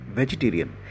vegetarian